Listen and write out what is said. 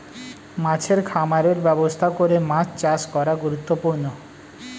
মাছের খামারের ব্যবস্থা করে মাছ চাষ করা গুরুত্বপূর্ণ